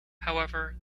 however